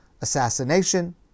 assassination